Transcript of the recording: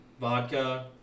Vodka